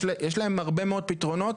יש להם הרבה מאוד פתרונות.